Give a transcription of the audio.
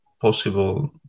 possible